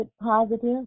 positive